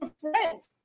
friends